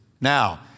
Now